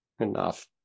enough